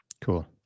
cool